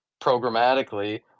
programmatically